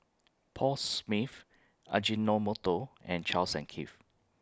Paul Smith Ajinomoto and Charles and Keith